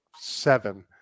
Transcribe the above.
seven